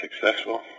successful